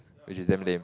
which is damn lame